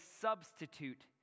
substitute